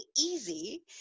easy